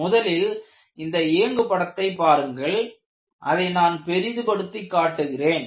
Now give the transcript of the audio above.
முதலில் இந்த இயங்கு படத்தைப் பாருங்கள்அதை நான் பெரிதுபடுத்திக் காட்டுகிறேன்